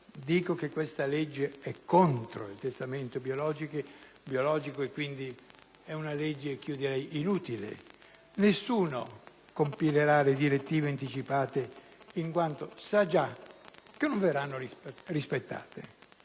dico che questa legge è contro il testamento biologico e, quindi, inutile. Nessuno compilerà le direttive anticipate in quanto sa già che non verranno rispettate.